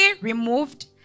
removed